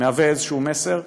מהווה מסר כלשהו.